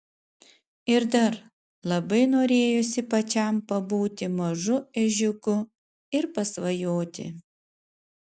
ir dar labai norėjosi pačiam pabūti mažu ežiuku ir pasvajoti